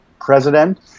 president